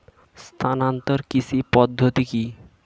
স্থানান্তর কৃষি পদ্ধতি কি?